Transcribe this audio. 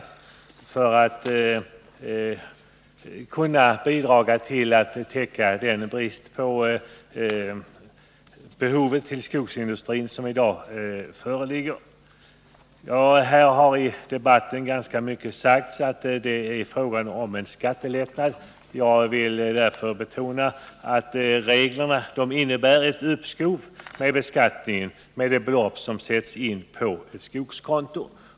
På det sättet kan dessa bidra till att täcka det behov av virkesråvara till skogsindustrin som i dag föreligger. Under debatten har man talat ganska mycket om att det är fråga om en skattelättnad. Jag vill därför betona att reglerna innebär ett uppskov med beskattningen med det belopp som sätts in på ett skogskonto.